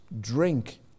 drink